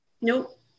Nope